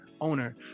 owner